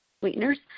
sweeteners